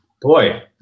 Boy